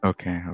Okay